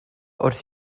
wrth